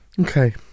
okay